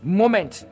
moment